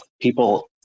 people